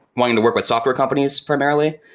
wanting to work with software companies primarily,